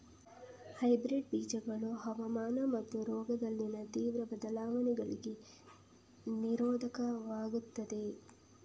hybrid ಬೀಜಗಳು ಹವಾಮಾನ ಮತ್ತು ರೋಗದಲ್ಲಿನ ತೀವ್ರ ಬದಲಾವಣೆಗಳಿಗೆ ನಿರೋಧಕವಾಗಿರ್ತದೆ